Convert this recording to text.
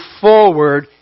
forward